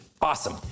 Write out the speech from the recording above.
Awesome